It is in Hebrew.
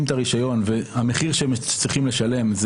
את הרישיון והמחיר שהם צריכים לשלם,